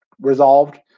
resolved